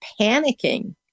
panicking